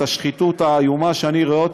את השחיתות האיומה שאני רואה.